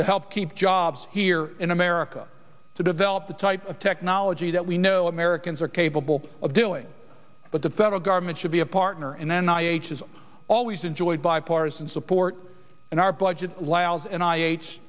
to help keep jobs here in america to develop the type of technology that we know americans are capable of doing but the federal government should be a partner and then i always enjoyed bipartisan support in our budget last and i a